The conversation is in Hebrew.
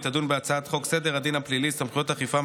תדון בהצעת חוק סדר הדין הפלילי (סמכויות אכיפה,